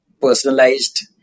personalized